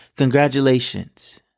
Congratulations